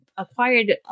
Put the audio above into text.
Acquired